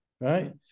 Right